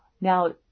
Now